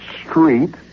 street